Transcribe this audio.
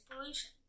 pollution